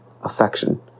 Affection